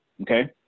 okay